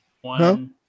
One